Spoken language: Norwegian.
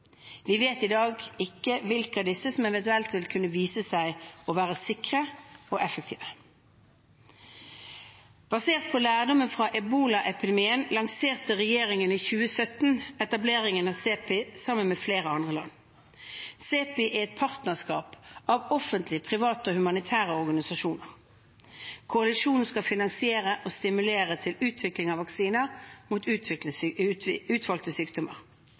Vi vet ikke i dag hvilke av disse som eventuelt vil kunne vise seg å være sikre og effektive. Basert på lærdommer fra ebolaepidemien lanserte regjeringen i 2017 etableringen av CEPI sammen med flere andre land. CEPI er et partnerskap av offentlige, private og humanitære organisasjoner. Koalisjonen skal finansiere og stimulere til utvikling av vaksiner mot